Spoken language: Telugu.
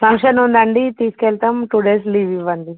ఫంక్షన్ ఉందండి తీసుకెళ్తాం టూ డేస్ లీవ్ ఇవ్వండి